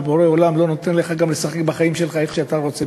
ובורא עולם גם לא נותן לך לשחק בחיים שלך איך שאתה רוצה,